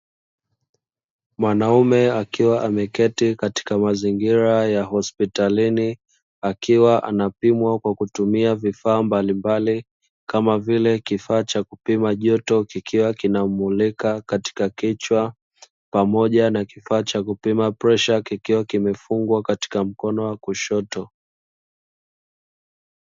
Mwanaume akiwa ameketi katika mazingira ya hospitalini, akiwa anapimwa kwa kutumia vifaa mbalimbali kama vile kifaa cha kupima joto kikiwa kinammulika katika kichwa, pamoja na kingine kupima presha kikiwa kimefungwa katika mkono wa kushoto.